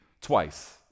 twice